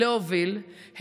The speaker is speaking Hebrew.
להוביל,